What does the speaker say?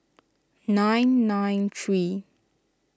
nine nine three